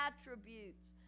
attributes